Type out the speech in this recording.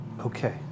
Okay